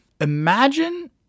Imagine